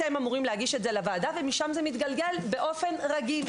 אתם אמורים להגיש את זה לוועדה ומשם זה מתגלגל באופן רגיל.